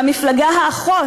והמפלגה האחות,